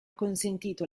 consentito